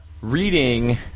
reading